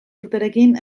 urterekin